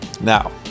now